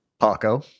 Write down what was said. Paco